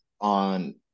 on